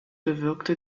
bewirkte